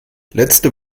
letzte